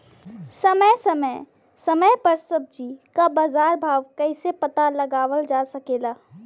समय समय समय पर सब्जी क बाजार भाव कइसे पता लगावल जा सकेला?